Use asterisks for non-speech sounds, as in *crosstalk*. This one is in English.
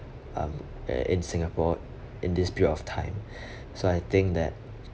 uh in singapore in this period of time *breath* so I think that